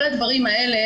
כל הדברים האלה,